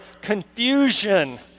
confusion